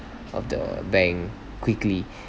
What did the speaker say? of the bank quickly